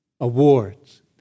Awards